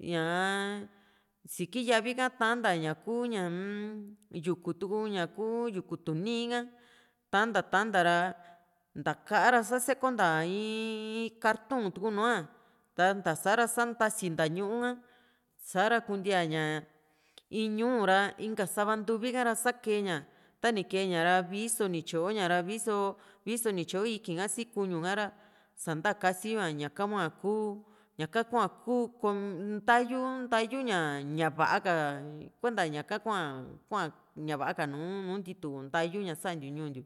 ñaa siki yavi ka tanta ñaku ñaa-m yuku tuku ña ku yuku tuni ka tan´ta tan´ta ra nta kaa ra sa sekonta in in kartun tu´nua nta ntasara sa ntasinta ñuu´ka sa´ra kuntia ña in ñúú ra inka savca ntuvi ha´ra sa tani kee ña ra vii so ni tyoña ra vii so ni tyo ikii´n ha si kuñu ka ra san´ta kasiyo´a ñaka kuu ñaka hua kuu comi ntayu ntayu ña va´a ka kuenta ñaka kuaa ña va´a ka nùù ntitu ntayu ña santiu ñuu ntiu